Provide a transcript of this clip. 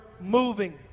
moving